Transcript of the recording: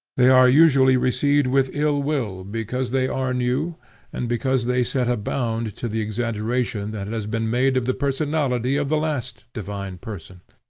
they are usually received with ill-will because they are new and because they set a bound to the exaggeration that has been made of the personality of the last divine person.